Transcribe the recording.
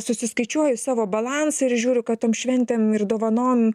susiskaičiuoju savo balansą ir žiūriu kad tom šventėm ir dovanom